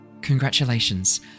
congratulations